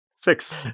Six